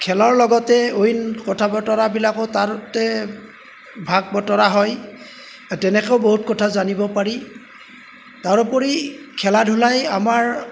খেলৰ লগতে অইন কথা বতৰাবিলাকো তাৰতে ভাগ বতৰা হয় তেনেকেও বহুত কথা জানিব পাৰি তাৰোপৰি খেলা ধূলাই আমাৰ